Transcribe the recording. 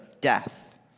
death